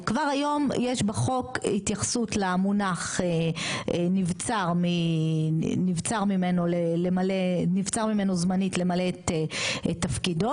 כבר היום יש בחוק התייחסות למונח נבצר ממנו זמנית למלא את תפקידו,